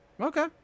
Okay